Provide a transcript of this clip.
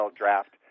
draft